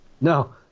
No